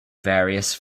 various